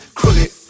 crooked